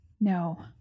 No